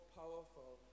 powerful